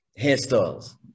hairstyles